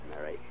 Mary